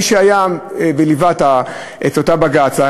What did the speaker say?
מי שליווה את אותו בג"ץ,